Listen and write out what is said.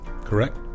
correct